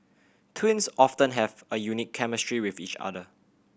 twins often have a unique chemistry with each other